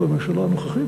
בממשלה הנוכחית,